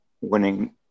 winning